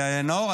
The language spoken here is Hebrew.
נאור,